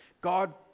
God